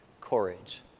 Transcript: courage